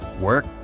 work